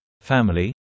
family